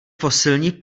fosilní